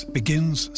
begins